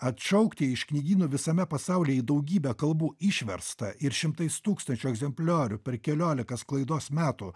atšaukti iš knygynų visame pasaulyje į daugybę kalbų išverstą ir šimtais tūkstančių egzempliorių per keliolika sklaidos metų